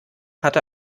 hatte